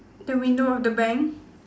the window of the bank